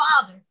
father